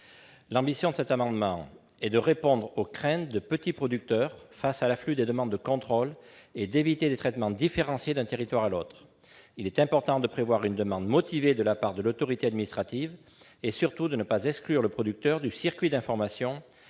Valérie Létard, vise à répondre aux craintes des petits producteurs face à l'afflux des demandes de contrôles et à éviter des traitements différenciés entre les territoires. Il est important de prévoir une demande motivée de la part de l'autorité administrative et surtout de ne pas exclure le producteur du circuit d'information relatif